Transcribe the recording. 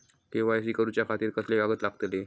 KYC करूच्या खातिर कसले कागद लागतले?